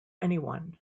anyone